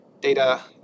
data